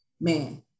man